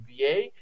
VA